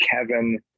Kevin